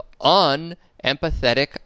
unempathetic